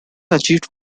achieved